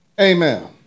Amen